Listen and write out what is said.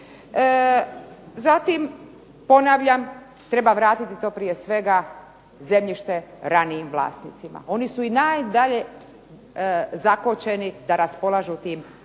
Zatim, ponavljam treba vratiti to prije svega zemljište ranijim vlasnicima. Oni su i najdalje zakočeni da raspolažu tim nekretninama.